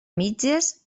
mitges